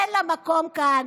אין לה מקום כאן.